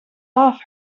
off